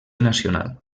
nacional